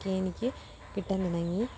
ഒക്കെ എനിക്ക് കിട്ടാൻ തുടങ്ങി